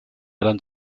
eran